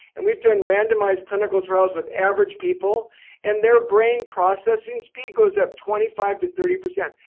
and we've done randomized clinical trials with average people and their brain processing speed goes up twenty five to thirty percent.